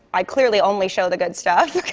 i clearly only show the good stuff.